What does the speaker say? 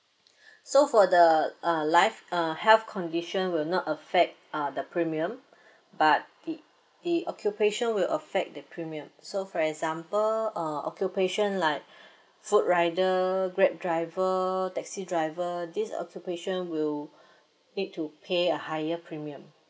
so for the uh life uh health condition will not affect uh the premium but the the occupation will affect the premium so for example uh occupation like food rider grab driver taxi driver this occupation will need to pay a higher premium